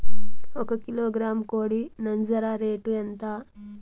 ఒక కిలోగ్రాము కోడి నంజర రేటు ఎంత?